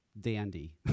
dandy